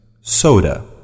Soda